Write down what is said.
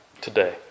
today